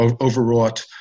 overwrought